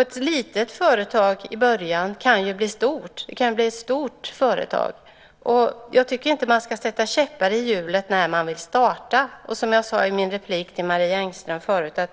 Ett företag som är litet i början kan ju bli stort. Jag tycker inte att man ska sätta käppar i hjulet när människor vill starta företag. Som jag sade i min replik till Marie Engström förut är